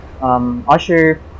Usher